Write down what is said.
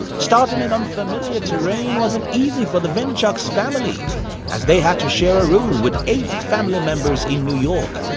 starting in unfamiliar terrain wasn't easy for the vaynerchuk's family as they had to share a room with eight eight family members in new york.